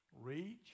reach